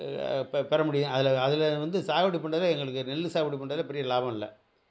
பெற முடியும் அதில் அதில் வந்து சாகுபடி பண்றதில் எங்களுக்கு நெல் சாகுபடி பண்றதில் பெரிய லாபம் இல்லை